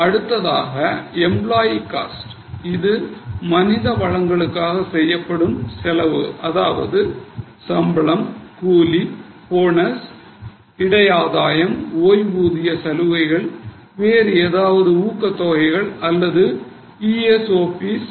அடுத்ததாக employee cost இது மனித வளங்களுக்காக செய்யப்படும் செலவு அதாவது சம்பளம் கூலி போனஸ் இடை ஆதாயம் ஓய்வூதிய சலுகைகள் வேறு ஏதாவது ஊக்கத் தொகைகள் அல்லது ESOP இன்